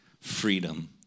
freedom